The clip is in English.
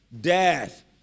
Death